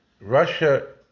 Russia